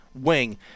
wing